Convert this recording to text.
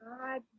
God